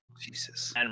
Jesus